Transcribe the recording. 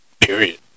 period